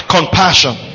Compassion